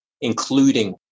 including